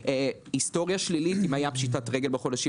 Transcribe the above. היסטוריה שלילית אם הייתה פשיטת רגל בחודשים